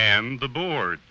and the board